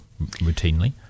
routinely